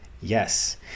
Yes